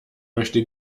möchte